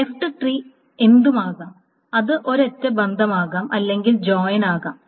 left tree എന്തും ആകാം അത് ഒരൊറ്റ ബന്ധം ആകാം അല്ലെങ്കിൽ ജോയിൻ ആകാം